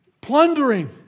Plundering